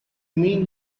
mean